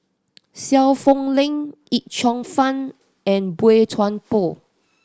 Seow Poh Leng Yip Cheong Fun and Boey Chuan Poh